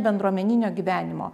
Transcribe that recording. bendruomeninio gyvenimo